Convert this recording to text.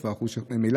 אחוז מאוד מאוד נמוך,